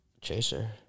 Chaser